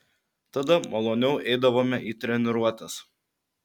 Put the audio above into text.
tada maloniau eidavome į treniruotes